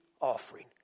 offering